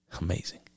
Amazing